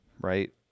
right